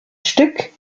stück